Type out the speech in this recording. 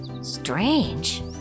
strange